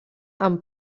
amb